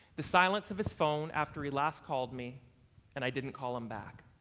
the silence of his phone after he last called me and i didn't call him back.